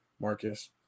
Marcus